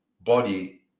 body